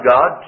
God